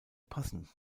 passen